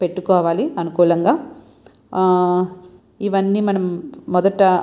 పెట్టుకోవాలి అనుకూలంగా ఇవన్నీ మనం మొదట